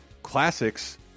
Classics